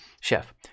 Chef